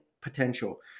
potential